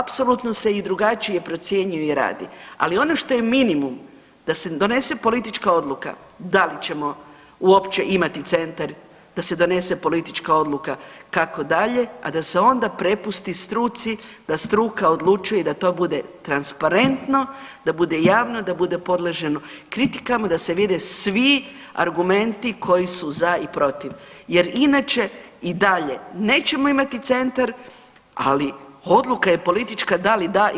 Sa apsolutno se i drugačije procjenjuje i radi, ali ono što je minimum, da se donese politička odluka, da li ćemo uopće imati centar, da se donese politička odluka kako dalje, a da se onda prepusti struci da struka odlučuje i da to bude transparentno, da bude javno, da bude podleženo kritikama, da se vide svi argumenti koji su za i protiv jer inače i dalje nećemo imati centar, ali odluka je politička da li da ili ne.